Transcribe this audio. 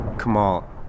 Kamal